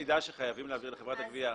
יש מידע שחייבים להעביר לחברת הגבייה.